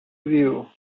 view